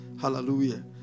Hallelujah